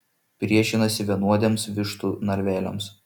priešinasi vienodiems vištų narveliams